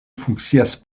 funkcias